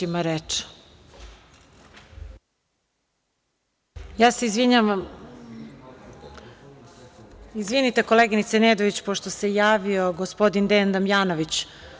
Izvinite, koleginice Nedović, pošto se javio gospodin Dejan Damjanović.